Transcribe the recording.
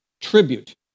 tribute